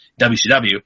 WCW